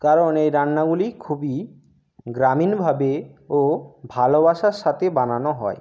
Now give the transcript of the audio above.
কারণ এই রান্নাগুলি খুবই গ্রামীণভাবে ও ভালোবাসার সাথে বানানো হয়